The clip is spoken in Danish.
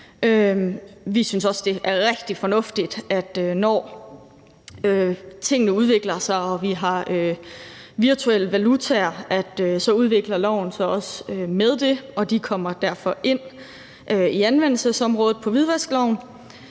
Vi synes også, det er rigtig fornuftigt, at når tingene udvikler sig med virtuelle valutaer, så udvikler loven sig også med det, så de derfor kommer ind under anvendelsesområdet for hvidvaskloven.